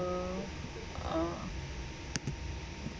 uh